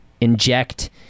inject